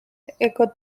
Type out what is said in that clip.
eco